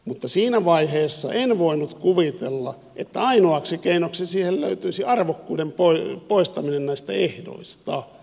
mutta siinä vaiheessa en voinut kuvitella että ainoaksi keinoksi siihen löytyisi arvokkuuden poistaminen näistä ehdoista